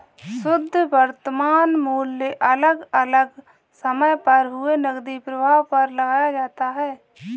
शुध्द वर्तमान मूल्य अलग अलग समय पर हुए नकदी प्रवाह पर लगाया जाता है